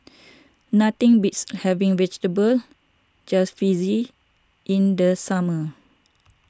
nothing beats having Vegetable Jalfrezi in the summer